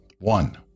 One